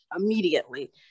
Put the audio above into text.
immediately